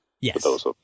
Yes